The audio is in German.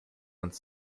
uns